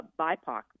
BIPOC